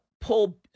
pull